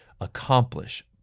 accomplish